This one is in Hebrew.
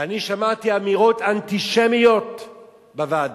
ואני שמעתי אמירות אנטישמיות בוועדה: